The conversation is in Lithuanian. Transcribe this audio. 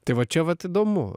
tai va čia vat įdomu